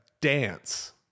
dance